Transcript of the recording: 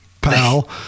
pal